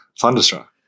Thunderstruck